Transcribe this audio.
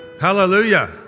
Hallelujah